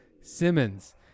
Simmons